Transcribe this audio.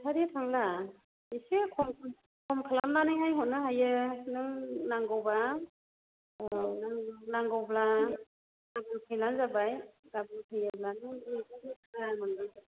फाइखारि फानबा इसे खम खम खालायनानैहाय हरनो हायो नों नांगौबा औ नों नांगौब्ला गाबोन फैलानो जाबाय गाबोन फैयोब्लानो नों मैगं गोसा मोनलांगोन